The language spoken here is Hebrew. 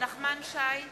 נחמן שי,